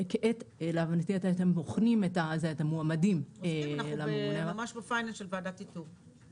אתם בוחנים מועמדים --- אנחנו ממש בפיינל של ועדת איתור.